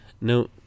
No